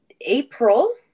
April